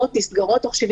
שנסגרות בתוך 14